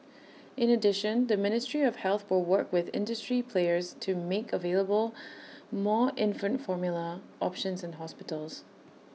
in addition the ministry of health will work with industry players to make available more infant formula options in hospitals